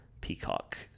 Peacock